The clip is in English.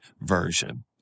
version